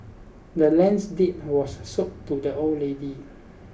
the land's deed was sold to the old lady